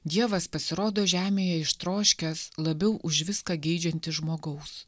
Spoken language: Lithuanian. dievas pasirodo žemėje ištroškęs labiau už viską geidžiantis žmogaus